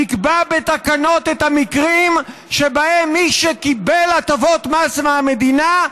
יקבע בתקנות את המקרים שבהם מי שקיבל הטבות מס מהמדינה,